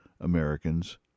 americans